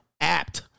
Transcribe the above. apt